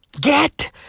Get